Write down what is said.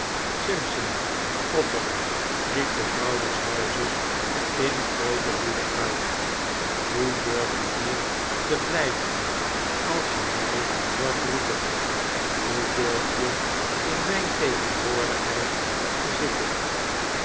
simpson trotter riep de vrouw des huizes in groote woede uit hoe durf je hier te blijven als je mij hoort roepen hoe durf je in mijn tegenwoordigheid te zitten